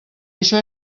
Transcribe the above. això